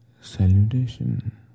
salutation